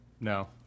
no